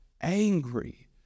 angry